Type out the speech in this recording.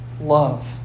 love